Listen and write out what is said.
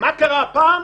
מה קרה הפעם?